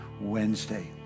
Wednesday